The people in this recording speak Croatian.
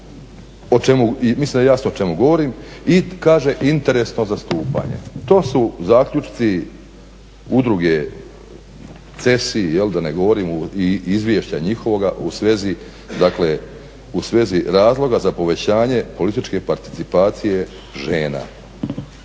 da je jasno o čemu govorim, i kaže interesno zastupanje. To su zaključci udruge CESI, da ne govorim i izvješća njihovoga u svezi razloga za povećanje političke participacije žena.